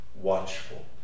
watchful